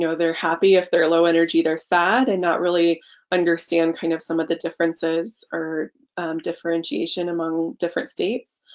you know they're happy if they're low energy they're sad and not really understand kind of some of the differences or differentiation among different states.